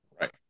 Right